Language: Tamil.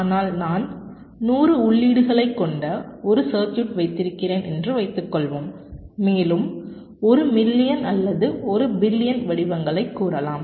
ஆனால் நான் 100 உள்ளீடுகளைக் கொண்ட ஒரு சர்க்யூட் வைத்திருக்கிறேன் என்று வைத்துக்கொள்வோம் மேலும் 1 மில்லியன் அல்லது 1 பில்லியன் வடிவங்களைக் கூறலாம்